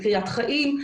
את קריית חיים,